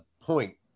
point